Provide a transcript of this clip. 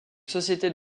sociétés